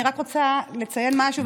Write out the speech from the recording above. אני רק רוצה לציין משהו,